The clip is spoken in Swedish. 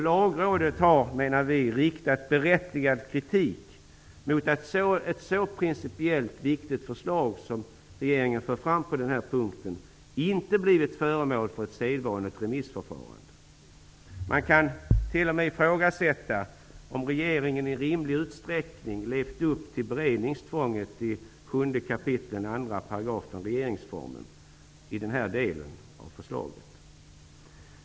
Lagrådet har riktat berättigad kritik mot att ett så principiellt viktigt förslag som det som regeringen lägger fram inte har blivit föremål för ett sedvanligt remissförfarande. Man kan t.o.m. ifrågasätta om regeringen i rimlig utsträckning har levt upp till beredningstvånget i 7 kap. 2 § regeringsformen när det gäller den här delen av förslaget.